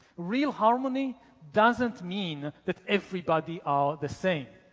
real harmony doesn't mean that everybody are the same.